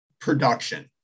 production